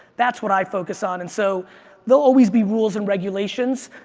that's what i focus on and so there'll always be rules and regulations.